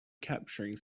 capturing